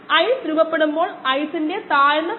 X ന്റെ വിഷനില 7